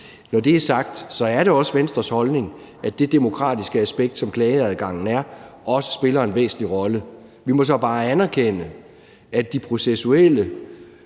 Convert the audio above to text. Når det er sagt, er det også Venstres holdning, at det demokratiske aspekt, som klageadgangen er, også spiller en væsentlig rolle. Vi må så bare erkende, at de processuelle